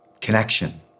connection